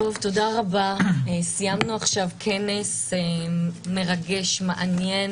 תודה רבה, סיימנו עכשיו כנס מרגש, מעניין,